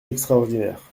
extraordinaire